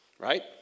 Right